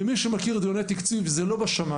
ומי שמכיר את דיוני התקציב, זה לא בשמים.